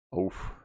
Oof